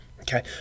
Okay